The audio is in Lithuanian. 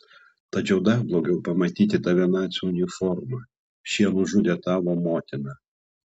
tačiau dar blogiau pamatyti tave nacių uniforma šie nužudė tavo motiną